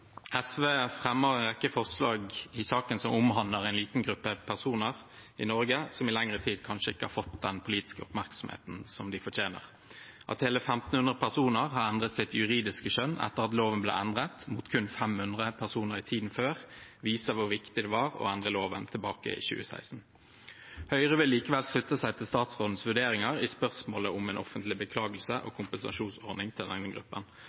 som omhandler en liten gruppe personer i Norge som i lengre tid kanskje ikke har fått den politiske oppmerksomheten de fortjener. At hele 1 500 personer har endret sitt juridiske kjønn etter at loven ble endret, mot kun 500 personer i tiden før, viser hvor viktig det var å endre loven i 2016. Høyre vil likevel slutte seg til statsrådens vurderinger i spørsmålet om en offentlig beklagelse og kompensasjonsordning til denne gruppen.